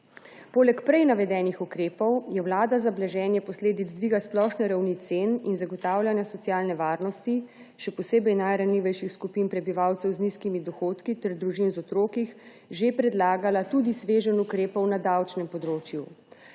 Poleg prej navedenih ukrepov je vlada za blaženje posledic dviga splošne ravni cen in zagotavljanja socialne varnosti, še posebej najranljivejših skupin prebivalcev z nizkimi dohodki ter družin z otroki, že predlagala tudi sveženj ukrepov na davčnem področju.